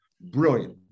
Brilliant